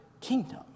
kingdom